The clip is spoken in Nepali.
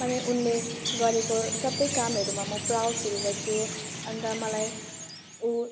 मलाई उनले गरेको सबै कामहरूमा म प्राउड फिल गर्छु अन्त मलाई ऊ